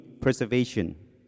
preservation